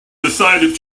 decided